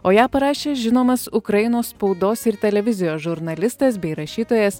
o ją parašė žinomas ukrainos spaudos ir televizijos žurnalistas bei rašytojas